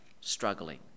struggling